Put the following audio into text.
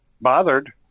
bothered